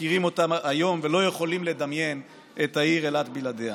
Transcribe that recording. מכירים אותה היום ולא יכולים לדמיין את העיר אילת בלעדיה.